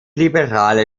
liberale